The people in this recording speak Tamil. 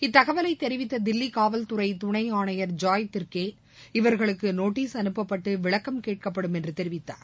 இத்தகவலைதெரிவித்ததில்லிகாவல் துறைதுணைஆணையர் ஜாய் திர்கே இவர்களுக்குநோட்டிஸ் அனுப்பப்பட்டுவிளக்கம் கேட்கப்படும் என்றுதெரிவித்தார்